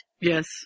Yes